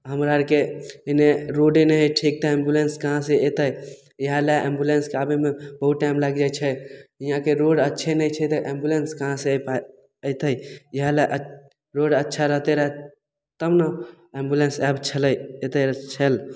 हमरा आरके एन्ने रोडे नहि हइ ठीक तऽ एम्बुलेन्स कहाँसे अएतै इएहले एम्बुलेन्सके आबैमे बहुत टाइम लागि जाइ छै इहाँके रोड अच्छे नहि छै तऽ एम्बुलेन्स कहाँसे आ पाबि अएतै इएहले रोड अच्छा रहतै रऽ तब ने एम्बुलेन्स आबि छलै अएतै छल